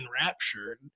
enraptured